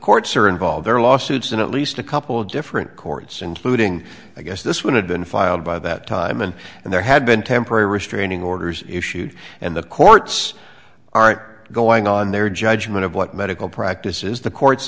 courts are involved there are lawsuits and at least a couple different courts including i guess this would have been filed by that time and and there had been temporary restraining orders issued and the courts are going on their judgment of what medical practice is the courts